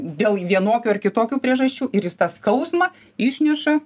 dėl vienokių ar kitokių priežasčių ir jis tą skausmą išneša